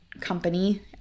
company